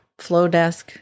Flowdesk